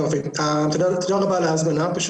תודה רבה על ההזמנה.